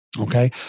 Okay